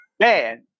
Man